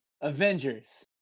Avengers